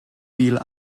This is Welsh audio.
fil